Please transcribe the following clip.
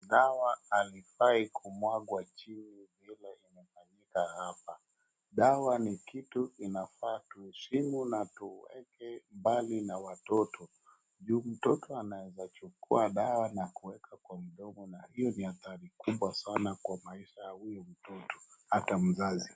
Dawa halifai kumwangwa chini vile imemwagika hapa. Dawa ni kitu inafaa tuheshimu na tuweke mbalil na watoto juu mtoto anaweza chukua dawa na kuweka kwa mdomo na hiyo ni athari kubwa sana kwa maisha ya huyo mtoto hata mzazi.